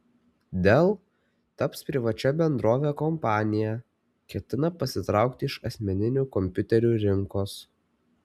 dell taps privačia bendrove kompanija ketina pasitraukti iš asmeninių kompiuterių rinkos